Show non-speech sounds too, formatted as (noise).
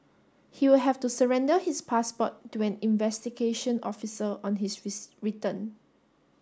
he will have to surrender his passport to an investigation officer on his (unintelligible) return